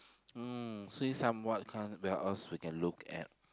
see somewhat kind where else we can look at